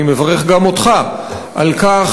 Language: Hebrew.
אני מברך גם אותך על כך